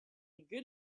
good